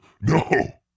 No